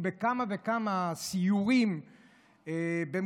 להיות בכמה וכמה סיורים במקומות